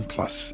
Plus